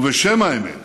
ובשם האמת